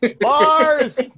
bars